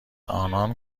انان